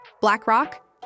BlackRock